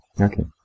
Okay